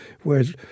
Whereas